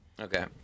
Okay